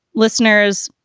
listeners,